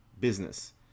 business